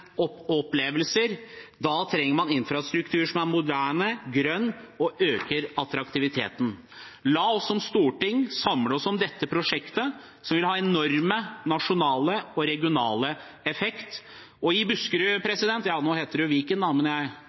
opplevelser. Da trenger man infrastruktur som er moderne, grønn og øker attraktiviteten. La oss som storting samle oss om dette prosjektet som vil ha enorm nasjonal og regional effekt. I Buskerud – ja, nå heter det jo Viken, men